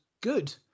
good